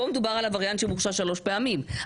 כאן מדובר על עבריין שמורשע שלוש פעמים.